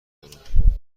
دارم